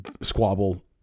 squabble